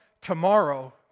tomorrow